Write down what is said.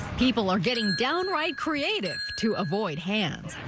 people are getting downright created to avoid hands.